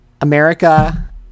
America